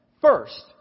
First